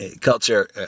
culture